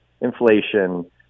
inflation